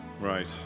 Right